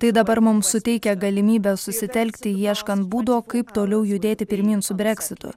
tai dabar mums suteikia galimybę susitelkti ieškant būdo kaip toliau judėti pirmyn su breksitu